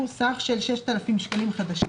סך של 6,000 חדשים".